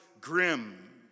grim